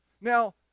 Now